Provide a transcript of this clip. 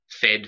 fed